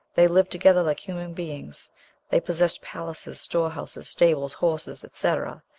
they lived together like human beings they possessed palaces, storehouses, stables, horses, etc.